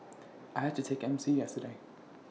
I've had to take M C yesterday